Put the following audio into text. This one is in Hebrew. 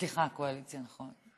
סליחה, הקואליציה, נכון.